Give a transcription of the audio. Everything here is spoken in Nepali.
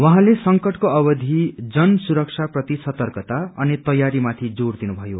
उहाँले संकटको अवधि जन सुरक्षा प्रति सर्तकता अनि तयारी माथि जोड़ दिनुभयो